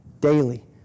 daily